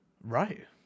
Right